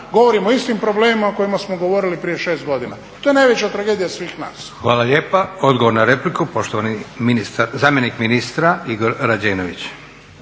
govorimo o istim problemima o kojima smo govorili prije 6 godina. to je najveća tragedija svih nas.